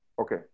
okay